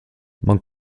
man